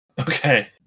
Okay